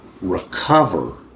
recover